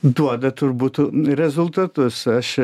duoda turbūt rezultatus aš